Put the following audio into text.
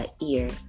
ear